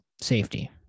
safety